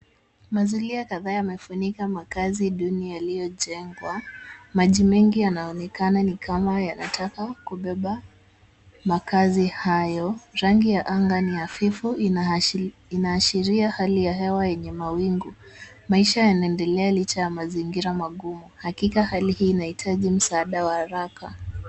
Mazulia kadhaa yamefunika makazi duni yayojengwa. Majimengi yanaonekana ni kama yanataka kubeba makazi hayo. Rangi ya anga ni hafifu, inahashiria hali ya hewa yenye mawingu. Maisha yanaendelea licha ya mazingira magumu. Hakika, hali hii inahitaji msaada wa haraka.